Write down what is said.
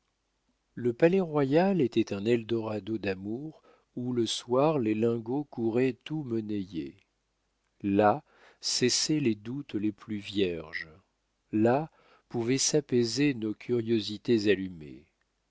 le palais-royal était un eldorado d'amour où le soir les lingots couraient tout monnayés là cessaient les doutes les plus vierges là pouvaient s'apaiser nos curiosités allumées